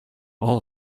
all